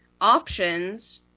options